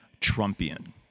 Trumpian